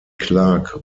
clarke